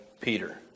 Peter